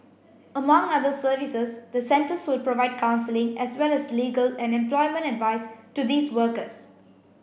among other services the centres will provide counselling as well as legal and employment advice to these workers